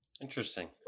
Interesting